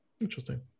interesting